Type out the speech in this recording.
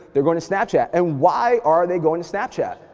they're going to snapchat, and why are they going to snapchat?